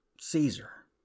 Caesar